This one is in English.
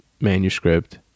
manuscript